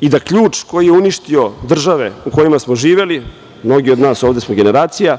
i da ključ koji je uništio države u kojima smo živeli, mnogi od nas smo generacija,